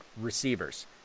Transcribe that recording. receivers